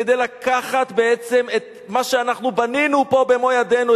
כדי לקחת בעצם את מה שאנחנו בנינו פה במו-ידינו,